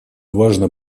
важно